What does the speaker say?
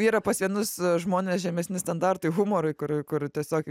yra pas vienus žmones žemesni standartai humorui kur kur tiesiog